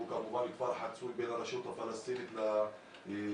שהוא כמובן כפר חצוי בין הרשות הפלסטינית לישראל,